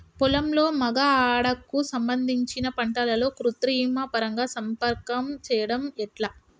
పొలంలో మగ ఆడ కు సంబంధించిన పంటలలో కృత్రిమ పరంగా సంపర్కం చెయ్యడం ఎట్ల?